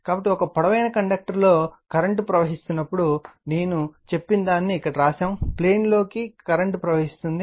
కాబట్టి ఒక పొడవైన కండక్టర్ లో కరెంట్ ప్రవహిస్తున్నప్పుడు నేను చెప్పిన దాన్ని ఇక్కడ వ్రాసాము ప్లేన్ లోకి కరెంట్ ప్రవహిస్తుంది